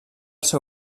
seu